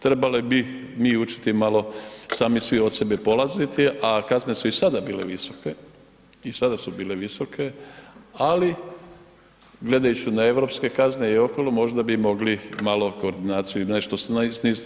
Trebalo je biti, mi učiti malo sami svi od sebe polaziti, a kazne su i sada bile visoke i sada su bile visoke, ali gledajući na europske kazne i okolo, možda bi mogli malo koordinaciju nešto sniziti.